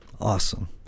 Awesome